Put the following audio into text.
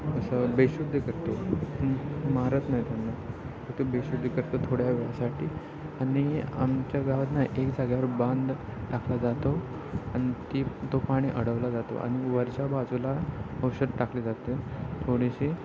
असं बेशुद्ध करतो मारत नाही त्यांना तर तो बेशुद्ध करतो थोड्या वेळासाठी आणि आमच्या गावात ना एक जाग्यावर बांध टाकला जातो आणि ती तो पाणी अडवला जातो आणि वरच्या बाजूला औषध टाकले जाते थोडेसे